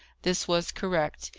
this was correct.